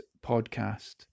podcast